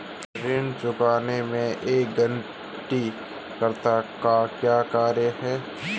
ऋण चुकौती में एक गारंटीकर्ता का क्या कार्य है?